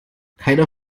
keiner